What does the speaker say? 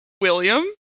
William